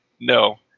No